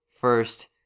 first